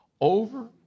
over